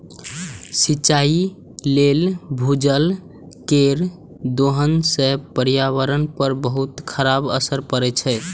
सिंचाइ लेल भूजल केर दोहन सं पर्यावरण पर बहुत खराब असर पड़ै छै